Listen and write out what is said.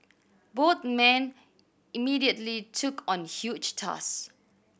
both men immediately took on huge tasks